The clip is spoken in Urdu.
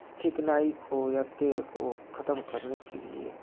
چکنائی کو یا تیل کو ختم کرنے کے لئے